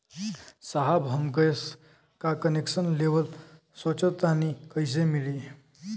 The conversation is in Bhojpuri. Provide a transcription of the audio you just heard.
साहब हम गैस का कनेक्सन लेवल सोंचतानी कइसे मिली?